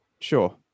Sure